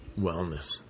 wellness